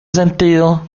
sentido